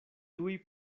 tuj